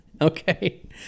Okay